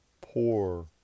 poor